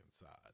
inside